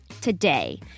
today